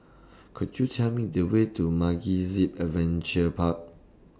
Could YOU Tell Me The Way to MegaZip Adventure Park